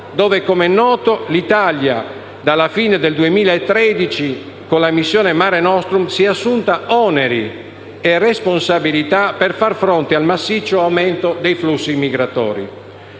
dove, com'è noto, l'Italia dalla fine del 2013 con la missione Mare nostrum si è assunta oneri e responsabilità per far fronte al massiccio aumento dei flussi migratori.